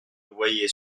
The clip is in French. voyait